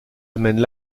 amènent